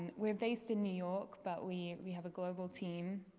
we're based in new york but we we have a global team.